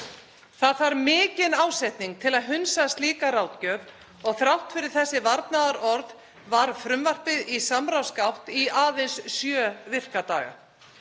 Það þarf mikinn ásetning til að hunsa slíka ráðgjöf og þrátt fyrir þessi varnaðarorð var frumvarpið í samráðsgátt í aðeins sjö virka daga.